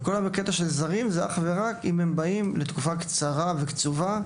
וכל הקטע של זרים הוא אך ורק אם הם באים לתקופה קצרה וקצובה,